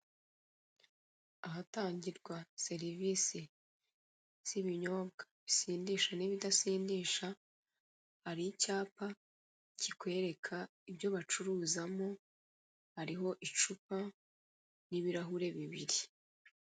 Ahatangirwa serivisi z'ibinyobwa bisindisha n'ibidasindisha, hari icyapa cyikwereka ibyo bacuruzamo hariho icupa n'ibirahure bibiri.